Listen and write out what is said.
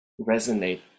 resonate